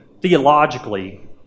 Theologically